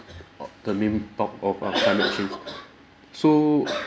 the main bulk of our climate change so